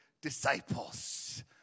disciples